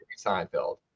Seinfeld